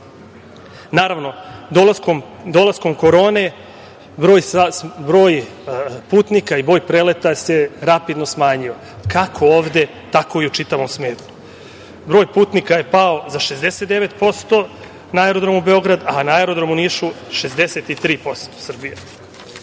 Naravno, dolaskom korone broj putnika i preleta se rapidno smanjio, kako ovde tako i u čitavom svetu. Broj putnika je pao za 69% na aerodromu Beograd, a na aerodromu u Nišu 63%.Vlada